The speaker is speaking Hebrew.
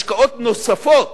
השקעות נוספות,